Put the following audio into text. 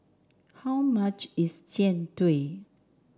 how much is Jian Dui